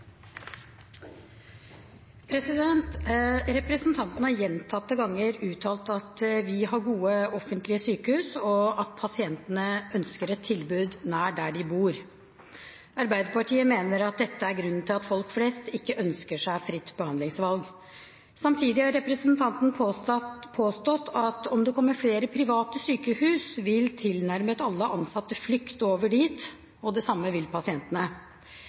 Representanten har gjentatte ganger uttalt at vi har gode offentlige sykehus, og at pasientene ønsker et tilbud nær der de bor. Arbeiderpartiet mener at dette er grunnen til at folk flest ikke ønsker seg fritt behandlingsvalg. Samtidig har representanten påstått at om det kommer flere private sykehus, vil tilnærmet alle ansatte flykte over dit, og det samme vil pasientene.